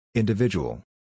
individual